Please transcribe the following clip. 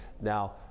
Now